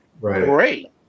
great